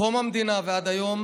מקום המדינה ועד היום